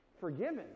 forgiven